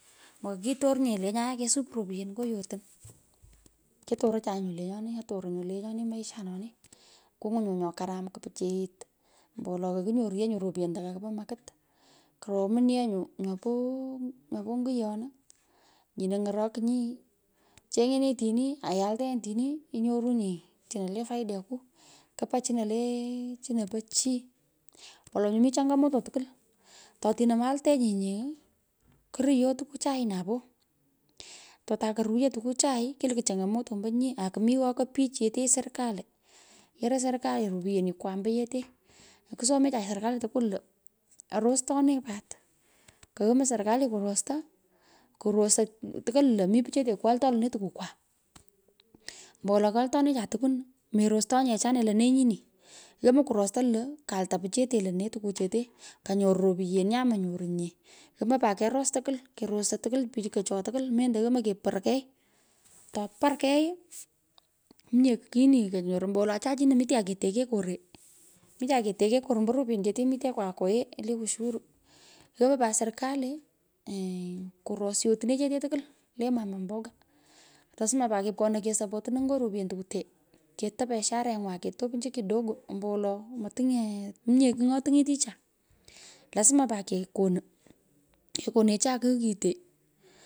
Mokeror nye lenyae. Kesup ropyen nyo yorin. Ketorocha nyu lenyoni atoron nyu lenyoni, maishanoni, kungwon nyo karam kupichiyit ombowolo kakinyoru yee ropyen tu makit. Karomun yee nyu nyopo nyiyon nyino ny’orokinyi. cheny’nenyi otini ayuteenyi otini inyorunyi chino le faideku kupa chino lee, chino po chi. Wolo nyo mi changamato tukwol, totine meyaltenyi nye, kuruyot tukuchai, napoo, totu koruyo tukuchai. kiluku chungamoto ambo nyi aku mi ghokai pich yetei serikali. Yoroi serkali ropyenikwa ombo yetee nyo kusomecha serikali tukwol lo, rostone pat, koyomoi, serikali kurosta, korosoy tokwul lo mi kwolto pichete lenee tukukwaa. Ombowolo koltunecha tokwun merestoy nye achane to nenyini. Vomoi kuresta lo kayalta pichete tukuchete lenne konyoru ropyen nyundo monyero nye. Yamar pat keros tukwol, kerosei tukwul pikocho tukwol, mendo yomoi keporoi kei. to pur kei, mominye kyini kokunyoru ombowolo acha chino mito ketekei koree. Micha keteke koree ombo ropyenichete mitekwa kwoghee le ushuru yomoi pat serikali kuros yotnechete tukwol le, mama mboga, lasma pat kepkonoi, kesupportnoi. ngo tukutee, keto biasharengwa ake topiniku kidogo. ombowolo, mominye kigh nyo tingeticha, lasma pat kenonu. Kekonecha kigh kitee.